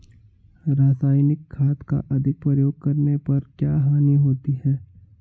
रासायनिक खाद का अधिक प्रयोग करने पर क्या हानि होती है?